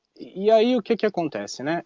yeah you kick a contestant